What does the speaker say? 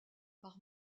par